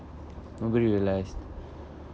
nobody realised